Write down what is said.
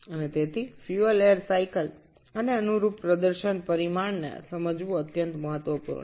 এবং তাই fuel air চক্রটি এবং তার সাথে সম্পর্কিত কার্যের পরামিতি বোঝা অত্যন্ত গুরুত্বপূর্ণ